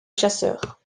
chasseur